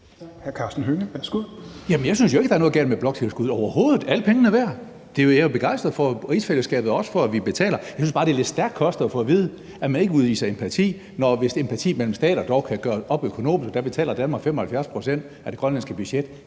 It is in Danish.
jeg synes jo ikke, at der er noget galt med bloktilskuddet, overhovedet ikke. Det er alle pengene værd. Jeg er jo begejstret for rigsfællesskabet og også for, at vi betaler: Jeg synes bare, det er lidt stærk kost at få at vide, at man ikke udviser empati, hvis empati mellem stater dog kan gøres op økonomisk, og der betaler Danmark 75 pct. af det grønlandske budget.